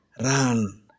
run